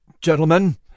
Gentlemen